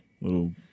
Little